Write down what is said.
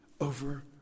over